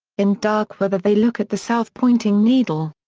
in dark weather they look at the south pointing needle.